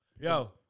Yo